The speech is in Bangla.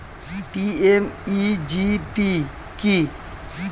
পি.এম.ই.জি.পি কি?